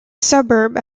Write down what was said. suburb